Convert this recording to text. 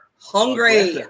hungry